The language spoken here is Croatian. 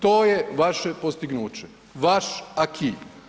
To je vaše postignuće, vaš aki.